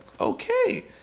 okay